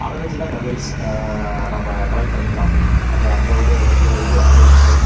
அதை வெச்சுதான் மெமரிஸ் நம்ம கலெக்ட் பண்ணிக்கிறோம் அதை அந்த ஒரு இது இது அட்வான்ஸு